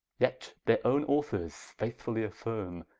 yet their owne authors faithfully affirme,